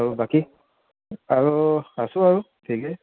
আৰু বাকী আৰু আছোঁ আৰু ঠিকেই